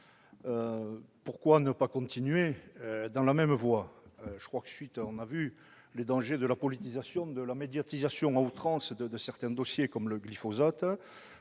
Pourquoi ne pas continuer dans la même voie ? Nous avons vu les dangers de la politisation et de la médiatisation à outrance de certains dossiers, comme celui du glyphosate.